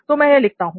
तो मैं यह लिखता हूं